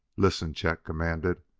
listen! chet commanded.